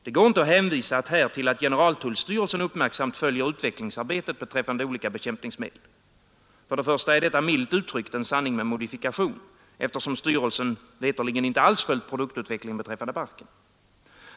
Det går inte att här hänvisa till att generaltullstyrelsen uppmärksamt följer utvecklingsarbetet beträffande olika bekämpningsmedel. För det första är detta, milt uttryckt, en sanning med modifikation, eftersom styrelsen veterligen inte alls följt produktutvecklingen beträffande barken.